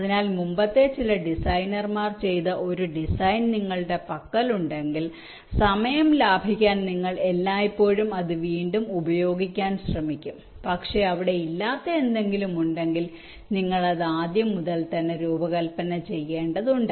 അതിനാൽ മുമ്പത്തെ ചില ഡിസൈനർമാർ ചെയ്ത ഒരു ഡിസൈൻ നിങ്ങളുടെ പക്കലുണ്ടെങ്കിൽ സമയം ലാഭിക്കാൻ നിങ്ങൾ എല്ലായ്പ്പോഴും അത് വീണ്ടും ഉപയോഗിക്കാൻ ശ്രമിക്കും പക്ഷേ അവിടെ ഇല്ലാത്ത എന്തെങ്കിലും ഉണ്ടെങ്കിൽ നിങ്ങൾ അത് ആദ്യം മുതൽ രൂപകൽപ്പന ചെയ്യേണ്ടതുണ്ട്